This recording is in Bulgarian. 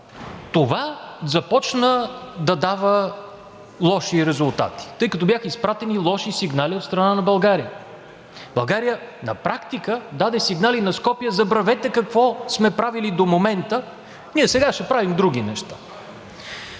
Това започна да дава лоши резултати, тъй като бяха изпратени лоши сигнали от страна на България. България на практика даде сигнали на Скопие – забравете какво сме правили до момента, ние сега ще правим други неща.